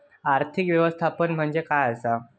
आर्थिक व्यवस्थापन म्हणजे काय असा?